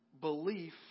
belief